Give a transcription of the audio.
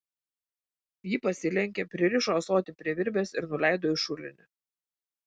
ji pasilenkė pririšo ąsotį prie virvės ir nuleido į šulinį